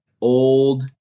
old